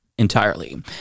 Entirely